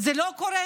זה לא יקרה?